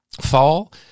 Fall